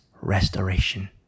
restoration